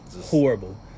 Horrible